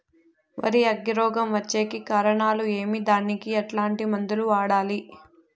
వరి అగ్గి రోగం వచ్చేకి కారణాలు ఏమి దానికి ఎట్లాంటి మందులు వాడాలి?